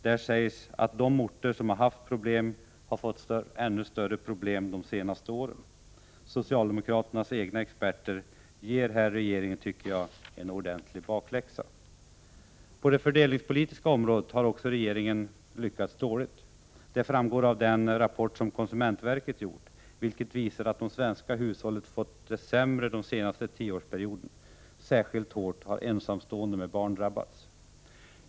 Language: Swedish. Där sägs att de orter som har haft problem har fått ännu större problem de senaste åren. Jag tycker att socialdemokraternas egna experter här ger regeringen en ordentlig bakläxa. Även på det fördelningspolitiska området har regeringen lyckats dåligt. Det framgår av den rapport som konsumentverket har lagt fram. Den visar att de svenska hushållen har fått det sämre under den senaste tioårsperioden. Särskilt hårt har ensamstående med barn drabbats.